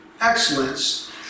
excellence